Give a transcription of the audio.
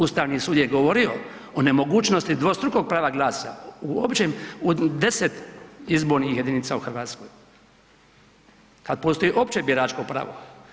Ustavni sud je govorio o nemogućnosti dvostrukog prava glasa u 10 izbornih jedinica u Hrvatskoj kada postoji opće biračko pravo.